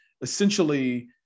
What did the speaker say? essentially